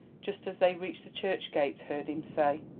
just as they reached the church gate, heard him say,